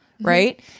Right